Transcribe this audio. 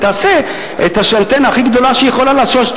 היא תעשה את האנטנה הכי גדולה שהיא יכולה לעשות,